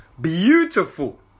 beautiful